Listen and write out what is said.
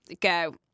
Go